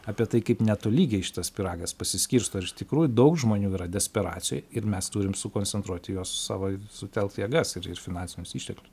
apie tai kaip netolygiai šitas pyragas pasiskirsto ir iš tikrųjų daug žmonių yra desperacijoj ir mes turim sukoncentruot į juos savo sutelkt jėgas ir ir finansinius išteklius